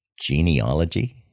Genealogy